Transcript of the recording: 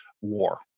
war